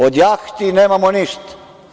Od jahti nemamo ništa.